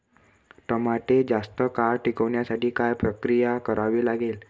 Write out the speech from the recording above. टमाटे जास्त काळ टिकवण्यासाठी काय प्रक्रिया करावी लागेल?